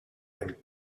and